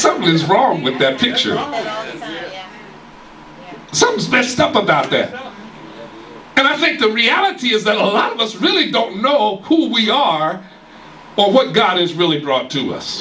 something's wrong with that picture of some special stuff about it and i think the reality is that a lot of us really don't know who we are but what god is really brought to us